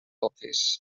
office